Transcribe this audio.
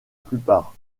plupart